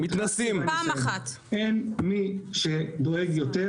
אין מי שדואג יותר